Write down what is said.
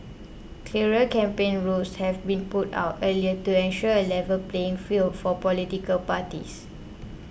clearer campaign rules have been put out earlier to ensure a level playing field for political parties